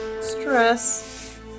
Stress